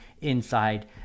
inside